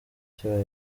kibaye